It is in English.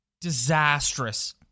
Disastrous